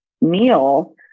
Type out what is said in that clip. meal